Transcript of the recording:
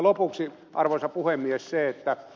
lopuksi arvoisa puhemies jos ed